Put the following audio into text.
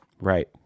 Right